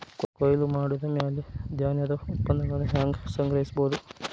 ಕೊಯ್ಲು ಮಾಡಿದ ಮ್ಯಾಲೆ ಧಾನ್ಯದ ಉತ್ಪನ್ನಗಳನ್ನ ಹ್ಯಾಂಗ್ ಸಂಗ್ರಹಿಸಿಡೋದು?